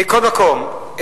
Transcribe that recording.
מכל מקום,